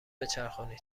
بچرخونید